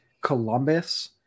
Columbus